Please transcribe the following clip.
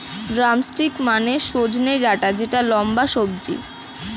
drumstick মানে সজনে ডাটা যেটা লম্বা সবজি